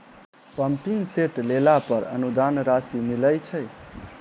Pumping set लेला पर अनुदान राशि मिलय छैय?